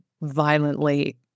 violently